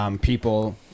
People